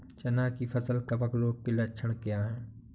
चना की फसल कवक रोग के लक्षण क्या है?